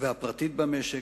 והפרטית במשק.